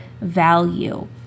Value